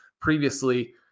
previously